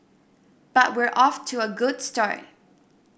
but we're off to a good start